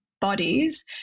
bodies